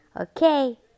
Okay